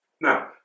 Now